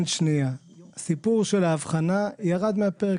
הסיפור של ההבחנה ירד מהפרק,